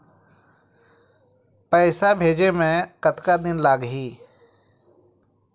पैसा भेजे मे कतका दिन लगही?